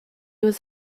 was